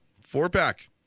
Four-pack